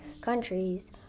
countries